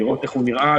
לראות איך הוא נראה,